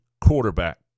quarterback